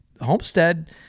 Homestead